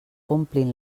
omplin